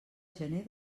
gener